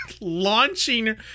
launching